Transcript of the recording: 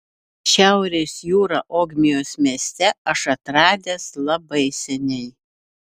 šiaurės jūrą ogmios mieste aš atradęs labai seniai